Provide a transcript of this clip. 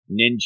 ninja